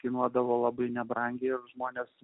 kainuodavo labai nebrangiai žmonės